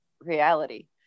reality